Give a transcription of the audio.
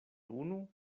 unu